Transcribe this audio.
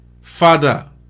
Father